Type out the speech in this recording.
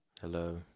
Hello